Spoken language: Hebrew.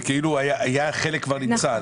חלק כבר נמצא.